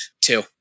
two